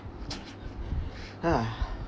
ha